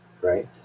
right